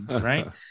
right